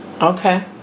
Okay